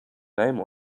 name